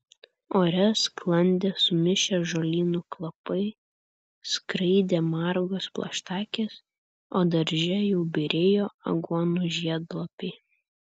ore sklandė sumišę žolynų kvapai skraidė margos plaštakės o darže jau byrėjo aguonų žiedlapiai